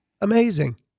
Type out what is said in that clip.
amazing